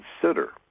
consider